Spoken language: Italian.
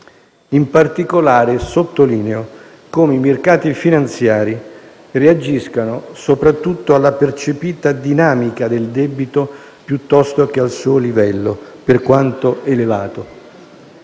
In particolare, sottolineo come i mercati finanziari reagiscano soprattutto alla percepita dinamica del debito, piuttosto che al suo livello, per quanto elevato.